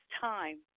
time